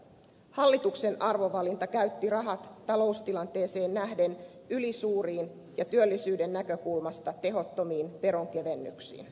hallituksen arvovalinta käytti rahat taloustilanteeseen nähden ylisuuriin ja työllisyyden näkökulmasta tehottomiin veronkevennyksiin